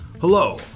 Hello